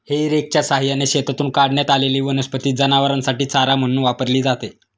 हेई रेकच्या सहाय्याने शेतातून काढण्यात आलेली वनस्पती जनावरांसाठी चारा म्हणून वापरली जाते